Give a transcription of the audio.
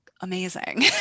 amazing